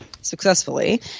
successfully